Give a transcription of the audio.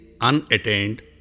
unattained